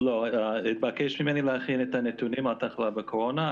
התבקשתי להכין את הנתונים על התחלואה בקורונה,